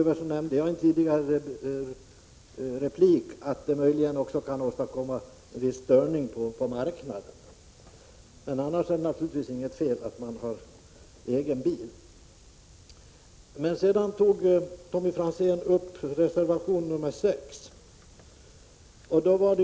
Jag nämnde i ett tidigare inlägg att detta möjligen även kan leda till en störning på marknaden. Men annars är det naturligtvis inte något fel att använda egen bil i tjänsten. Sedan tog Tommy Franzén upp reservation 6.